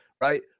right